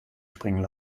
springen